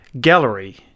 gallery